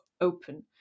open